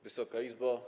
Wysoka Izbo!